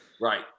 Right